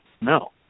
no